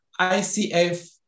ICF